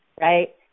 right